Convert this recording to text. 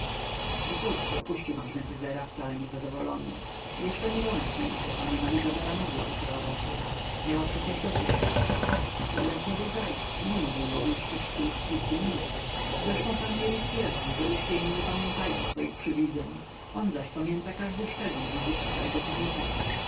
wokulski opuścił magnetyzera wcale niezadowolony jeszcze nie wątpił że panna izabela mogła oczarować go miała przecież dosyć czasu ale znowu geist nie mógł go uśpić w ciągu paru minut zresztą palmieri twierdzi że uśpieni nie pamiętają swoich przywidzeń on zaś pamięta każdy szczegół wizyty starego chemika